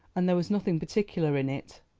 and there was nothing particular in it.